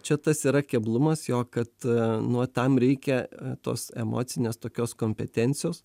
čia tas yra keblumas jo kad nuo tam reikia tos emocinės tokios kompetencijos